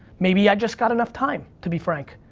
maybe i just got enough time, to be frank.